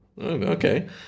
okay